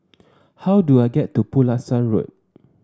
how do I get to Pulasan Road